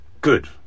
good